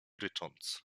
rycząc